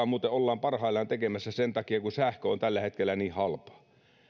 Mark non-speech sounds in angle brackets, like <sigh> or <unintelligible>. <unintelligible> muuten ollaan parhaillaan tekemässä sen takia että sähkö on tällä hetkellä niin halpaa